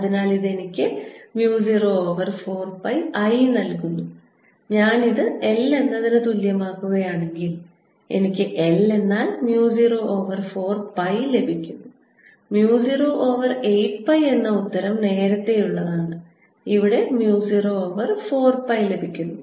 അതിനാൽ ഇത് എനിക്ക് mu 0 ഓവർ 4 പൈ I നൽകുന്നു ഞാൻ ഇത് L എന്നതിന് തുല്യമാക്കുകയാണെങ്കിൽ എനിക്ക് L എന്നാൽ mu 0 ഓവർ 4 pi ലഭിക്കുന്നു mu 0 ഓവർ 8 പൈ എന്ന ഉത്തരം നേരത്തെയുള്ളതാണ് ഇവിടെ mu 0 ഓവർ 4 pi ലഭിക്കുന്നു